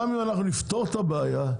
גם אם נפתור להם אתה בעיה,